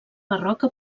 barroca